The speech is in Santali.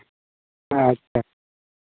ᱟᱪᱪᱷᱟ